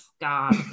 God